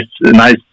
nice